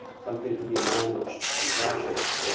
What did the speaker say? something to be managed and rationed.